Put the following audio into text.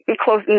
close